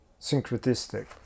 syncretistic